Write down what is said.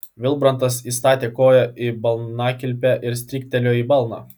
vilbrantas įstatė koją į balnakilpę ir stryktelėjo į balną